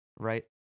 Right